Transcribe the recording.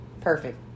Perfect